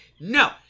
No